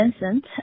Vincent